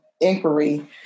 inquiry